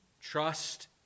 Trust